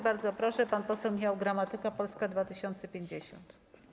Bardzo proszę, pan poseł Michał Gramatyka, Polska 2050.